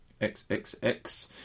XXX